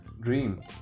dream